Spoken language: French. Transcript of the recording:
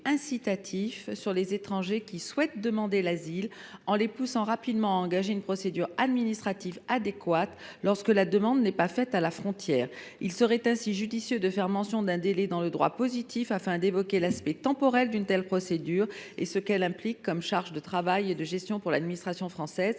incitatif sur les étrangers qui souhaitent demander l’asile, en les poussant à engager rapidement une procédure administrative adéquate lorsque la demande n’est pas faite à la frontière. Il serait ainsi judicieux de faire mention d’un délai dans le droit positif, afin d’évoquer l’aspect temporel d’une telle procédure et ce qu’elle implique comme charge de travail et de gestion pour l’administration française.